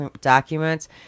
documents